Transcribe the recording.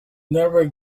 never